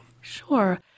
Sure